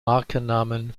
markennamen